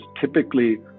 typically